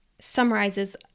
summarizes